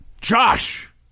Josh